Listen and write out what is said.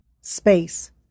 space